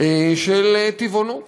של טבעונות.